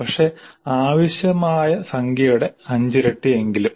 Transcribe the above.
പക്ഷേ ആവശ്യമായ സംഖ്യയുടെ അഞ്ചിരട്ടിയെങ്കിലും